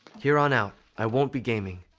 here on out, i won't be gaming.